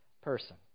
person